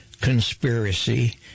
conspiracy